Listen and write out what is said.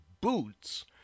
boots